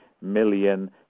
million